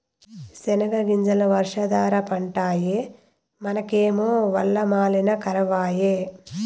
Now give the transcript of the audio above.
సెనగ్గింజలు వర్షాధార పంటాయె మనకేమో వల్ల మాలిన కరవాయె